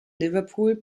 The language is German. liverpool